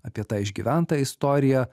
apie tą išgyventą istoriją